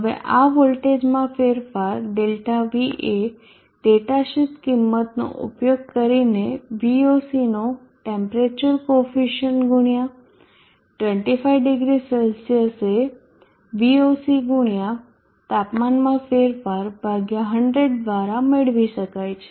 હવે આ વોલ્ટેજમાં ફેરફાર ΔV એ ડેટા શીટ કિંમતનો ઉપયોગ કરીનેVOC નો ટેમ્પરેચર કોફિસીયન્ટ ગુણ્યા 250 C એ VOC ગુણ્યા તાપમાનમાં ફેરફાર ભાગ્યા 100 દ્વારા મેળવી શકાય છે